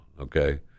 Okay